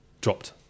dropped